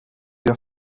der